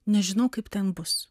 nežinau kaip ten bus